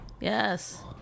Yes